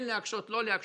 כן להקשות או לא להקשות.